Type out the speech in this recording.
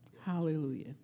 Hallelujah